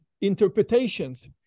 interpretations